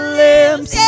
lips